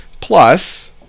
plus